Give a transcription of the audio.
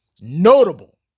notable